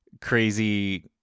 crazy